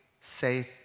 safe